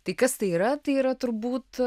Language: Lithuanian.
tai kas tai yra tai yra turbūt